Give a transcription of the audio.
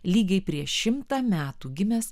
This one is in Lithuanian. lygiai prieš šimtą metų gimęs